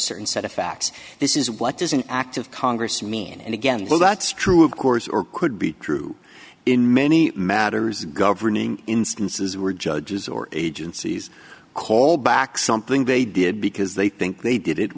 certain set of facts this is what does an act of congress mean and again though that's true of course or could be true in many matters governing instances where judges or agencies call back something they did because they think they did it